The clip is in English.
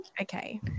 Okay